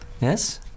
Yes